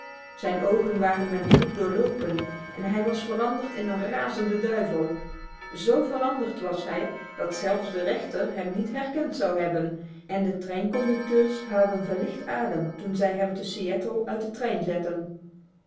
zijn ogen waren met bloed doorlopen en hij was veranderd in een razenden duivel z veranderd was hij dat zelfs de rechter hem niet herkend zou hebben en de treinconducteurs haalden verlicht adem toen zij hem te seattle uit de trein zetten